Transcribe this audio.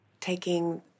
taking